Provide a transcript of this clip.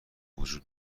وجود